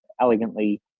elegantly